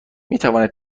میتوانید